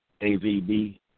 AVB